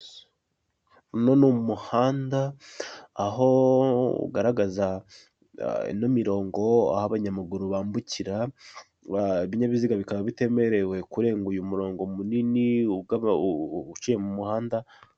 Uno n'umuhanda, aho ugaragaza ino mirongo aho abanyamaguru bambukira. Ibinyabiziga bikaba bitemerewe kurenga uno umurongo munini uciye mu muhanda.